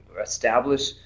establish